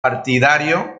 partidario